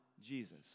Jesus